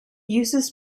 uses